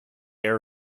air